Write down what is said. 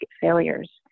failures